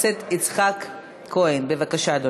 ומחובתנו גם לתת לצרכן את הכלים לנהל צרכנות נבונה ולדעת,